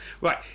right